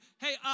Hey